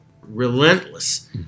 relentless